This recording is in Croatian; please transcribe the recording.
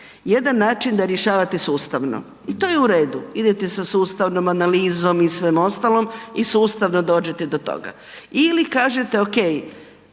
Jedan način da rješavate sustavno, i to je u redu, idete sa sustavnom analizom i svem ostalom i sustavno dođete do toga. Ili kažete, okej,